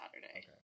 Saturday